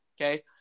Okay